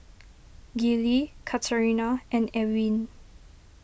Gillie Katarina and Ewin